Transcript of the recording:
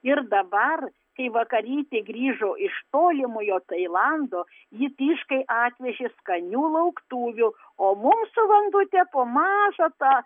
ir dabar kai vakarytė grįžo iš tolimojo tailando ji tyškai atvežė skanių lauktuvių o mums su vandute po mažą tą